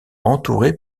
entourée